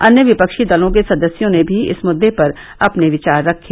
अन्य विपक्षी दलों के सदस्यों ने भी इस मुद्दे पर अपने विचार रखे